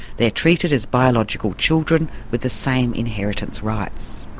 they're treated as biological children, with the same inheritance rights.